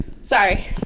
Sorry